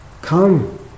come